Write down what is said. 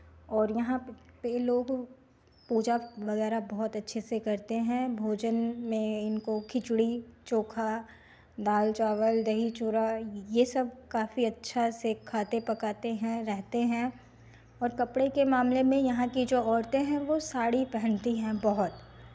और यहाँ पे लोग पूजा वगैरह बहुत अच्छे से करते हैं भोजन में इनको खिचड़ी चोखा दाल चावल दही चूड़ा ये सब काफी अच्छा से खाते पकाते हैं रहते हैं और कपड़े के मामले में यहाँ की जो औरतें हैं वो साड़ी पहनती है बहुत